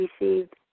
received